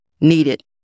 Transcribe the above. Needed